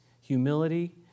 humility